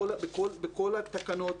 בכל התקנות,